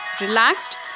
relaxed